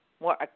more